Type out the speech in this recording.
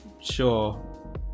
sure